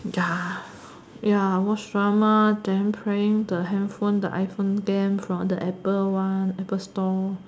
ya ya watch drama then playing the handphone the iPhone game from the apple one apple store